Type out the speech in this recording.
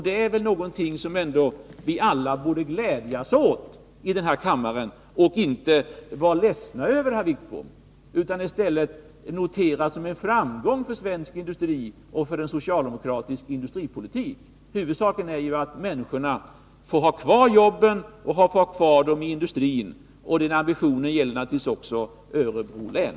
Detta är väl någonting som alla här i kammaren borde glädjas åt och inte vara ledsna över, herr Wittbom. Vi borde notera detta som en framgång för svensk industri och för en socialdemokratisk industripolitik. Huvudsaken är ju att människorna får ha kvar jobben i industrin. Och den ambitionen gäller naturligtvis också Örebro län.